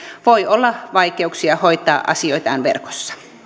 voi olla vaikeuksia hoitaa asioitaan verkossa